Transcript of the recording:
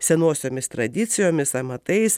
senosiomis tradicijomis amatais